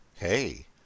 Hey